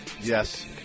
Yes